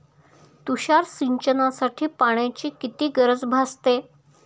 तुषार सिंचनासाठी पाण्याची किती गरज भासते?